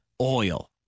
Oil